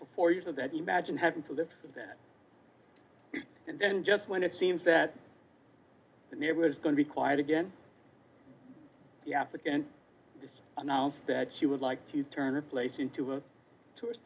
for four years of that imagine having to live with that and then just when it seems that the neighborhood is going to be quiet again the applicant just announced that she would like to turn this place into a tourist